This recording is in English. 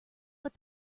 but